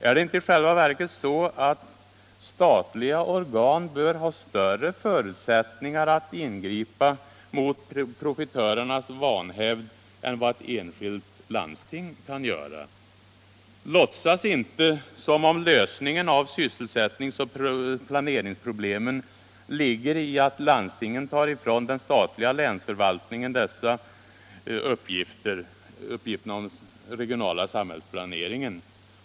Är det inte i själva verket så, att statliga organ bör ha större förutsättningar att ingripa mot profitörernas vanhävd än vad ett enskilt landsting kan göra? Låtsas inte som om lösningen av sysselsättningsoch planeringsproblemen ligger i att landstingen tar ifrån den statliga länsförvaltningen den regionala samhällsplaneringen.